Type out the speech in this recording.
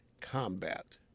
combat